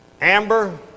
Amber